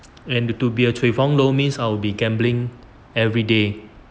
and to be a cui feng lou means I'll be gambling everyday